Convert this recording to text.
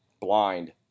blind